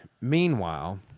meanwhile